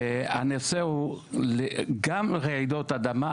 הנושא הוא גם רעידות אדמה,